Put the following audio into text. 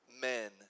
men